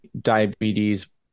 diabetes